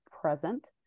present